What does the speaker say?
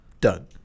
Done